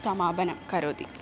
समापनं करोति